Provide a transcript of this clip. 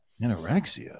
anorexia